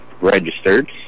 registered